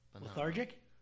Lethargic